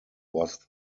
was